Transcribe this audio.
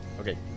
Okay